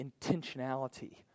intentionality